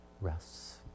rests